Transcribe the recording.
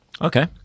Okay